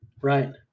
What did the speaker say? Right